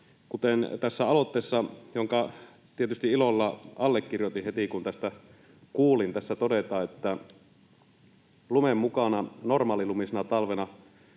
Kuten tässä aloitteessa, jonka tietysti ilolla allekirjoitin heti, kun tästä kuulin, todetaan, niin lumen mukana normaalilumisena talvena